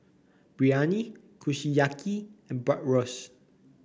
Biryani Kushiyaki and Bratwurst